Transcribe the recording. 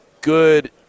good